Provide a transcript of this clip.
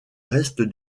reste